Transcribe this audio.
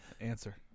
Answer